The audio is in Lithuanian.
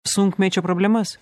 sunkmečio problemas